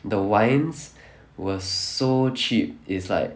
the wines was so cheap it's like